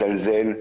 מזלזל,